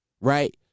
Right